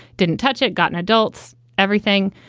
didn't touch it. gotten adults everything.